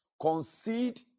concede